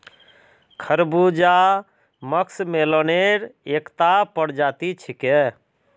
खरबूजा मस्कमेलनेर एकता प्रजाति छिके